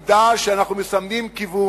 אבל אז אנחנו נדע שאנחנו מסמנים כיוון